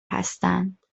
هستند